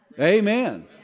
Amen